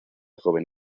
joven